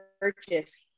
purchase